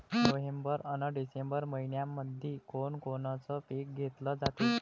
November अन December मइन्यामंधी कोण कोनचं पीक घेतलं जाते?